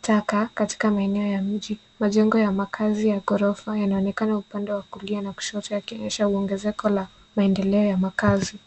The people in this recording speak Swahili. taka katika maeneo ya mii. Majengo ya makazi ya ghorofa yanaonekana upande wa kulia na kushoto kuonyesha ongezeko la maendeleo ya kazi.